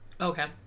Okay